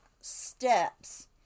steps